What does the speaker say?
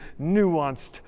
nuanced